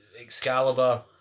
Excalibur